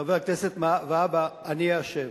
חבר הכנסת והבה, אני אשם.